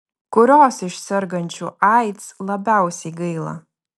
kurios iš sergančių aids labiausiai gaila